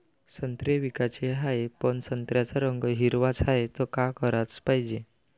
संत्रे विकाचे हाये, पन संत्र्याचा रंग हिरवाच हाये, त का कराच पायजे?